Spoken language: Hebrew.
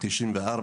1994,